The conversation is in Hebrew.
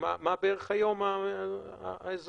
מה בערך היום האזור?